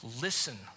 Listen